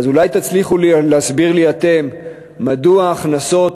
אז אולי תצליחו להסביר לי אתם מדוע ההכנסות